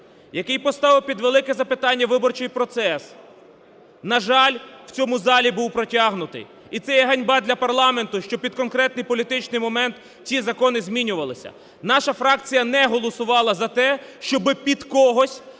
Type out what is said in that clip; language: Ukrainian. який поставив під велике запитання виборчий процес, на жаль, в цьому залі був протягнутий. І це є ганьба для парламенту, що під конкретний політичний момент ці закони змінювалися. Наша фракція не голосувала за те, щоб під когось